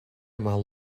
mal